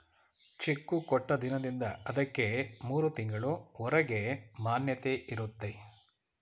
cheque ಕೊಟ್ಟ ದಿನದಿಂದ ಅದಕ್ಕೆ ಮೂರು ತಿಂಗಳು ಹೊರಗೆ ಮಾನ್ಯತೆ ಇರುತ್ತೆ